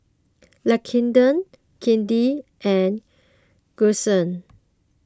Lakendra Katie and Gussie